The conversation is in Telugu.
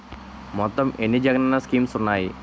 మొత్తం ఎన్ని జగనన్న స్కీమ్స్ ఉన్నాయి?